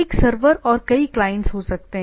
एक सर्वर और कई क्लाइंट्स हो सकते हैं